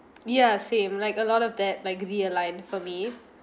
ya same like a lot of that like realign for me